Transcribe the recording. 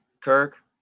Kirk